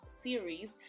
series